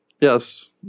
yes